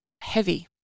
heavy